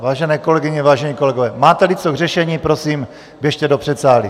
Vážené kolegyně, vážení kolegové, máteli co k řešení, prosím, běžte do předsálí.